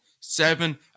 seven